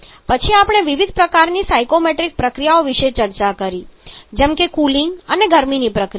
પછી આપણે વિવિધ પ્રકારની સાયક્રોમેટ્રિક પ્રક્રિયાઓ વિશે ચર્ચા કરી છે જેમ કે કુલિંગ અને ગરમી પ્રક્રિયા